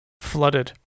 flooded